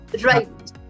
Right